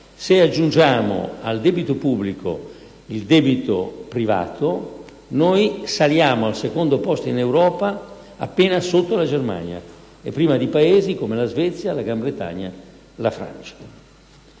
Se aggiungiamo al debito pubblico il debito privato, saliamo al secondo posto in Europa, appena sotto la Germania, e prima di Paesi come la Svezia, la Gran Bretagna e la Francia.